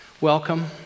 Welcome